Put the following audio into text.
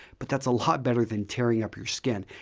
but thatis a lot better than tearing up your skin.